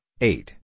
eight